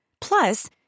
Plus